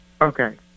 Okay